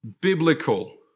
biblical